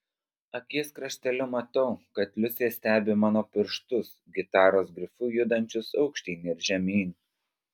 akies krašteliu matau kad liusė stebi mano pirštus gitaros grifu judančius aukštyn ir žemyn